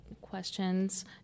questions